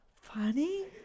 funny